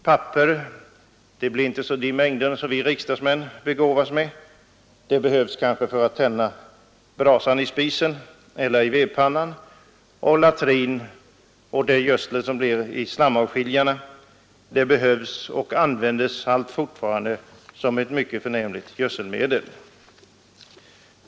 Papper — det blir inte i sådana mängder som vi riksdagsmän begåvas med — behövs för att tända i spisen eller vedpannan, latrin och avfall från slamavskiljarna behövs och användes fortfarande som ett mycket förnämligt gödselmedel.